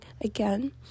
again